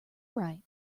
right